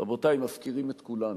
רבותי, מפקירים את כולנו.